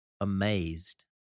amazed